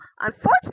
unfortunately